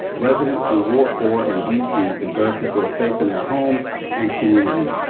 residents in ward four and dc deserve to feel safe in their homes and community.